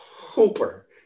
Hooper